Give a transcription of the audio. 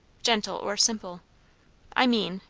gentle or simple i mean,